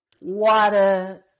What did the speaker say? water